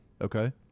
Okay